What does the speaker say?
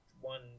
One